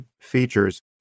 features